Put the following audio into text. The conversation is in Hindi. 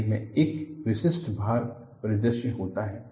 रेल में एक विशिष्ट भार परिदृश्य होता है